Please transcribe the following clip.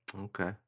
Okay